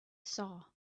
saw